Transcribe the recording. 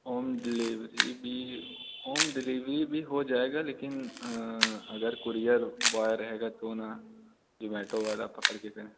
home delivery भी home delivery भी हो जाएगा लेकिन अगर कुरियर बॉय रहेगा तो ना जोमेटो वाला पकड़ के दें